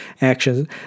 actions